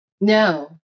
No